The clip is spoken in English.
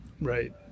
Right